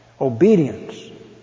Obedience